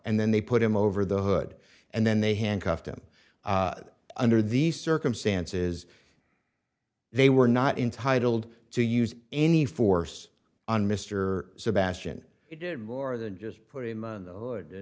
and then they put him over the hood and then they handcuffed him under these circumstances they were not intitled to use any force on mr sebastian he did more than just put him on he